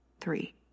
Three